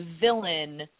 villain